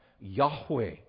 Yahweh